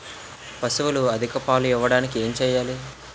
పశువులు అధిక పాలు ఇవ్వడానికి ఏంటి చేయాలి